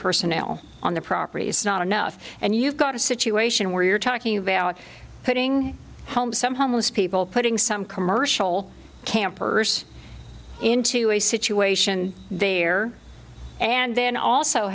personnel on the property it's not enough and you've got a situation where you're talking about putting home some homeless people putting some commercial campers into a situation there and then also